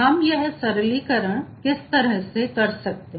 हम यह सरलीकरण किस तरह से कर सकते हैं